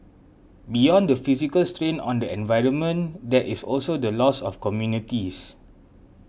beyond the physical strain on the environment there is also the loss of communities